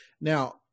now